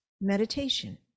meditation